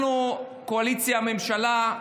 אנחנו, הקואליציה והממשלה,